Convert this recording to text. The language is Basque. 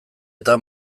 eta